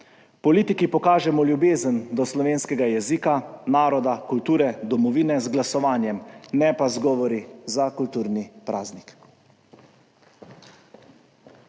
Politiki pokažemo ljubezen do slovenskega jezika, naroda, kulture, domovine z glasovanjem, ne pa z govori za kulturni praznik.